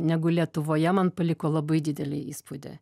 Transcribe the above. negu lietuvoje man paliko labai didelį įspūdį